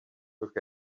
look